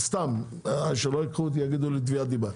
סתם שלא ייקחו אותי יגידו לי תביעת דיבה,